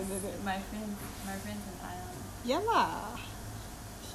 !aiya! nobody says my friend my friends and I [one]